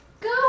Go